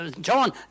John